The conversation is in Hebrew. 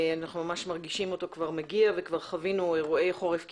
אנחנו ממש מרגישים אותו כבר מגיע וכבר חווינו אירועי חורף קיצוניים.